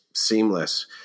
seamless